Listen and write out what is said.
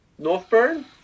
northburn